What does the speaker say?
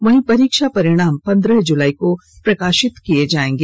वहीं परीक्षा परिणाम पन्द्रह जुलाई कों प्रकाशित किया जाएगा